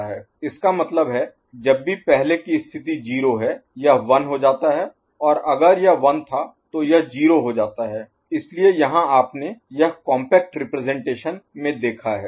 इसका मतलब है जब भी पहले की स्थिति 0 है यह 1 हो जाता है और अगर यह 1 था तो यह 0 हो जाता है इसलिए यहां आपने यह कॉम्पैक्ट रिप्रजेंटेशन में देखा है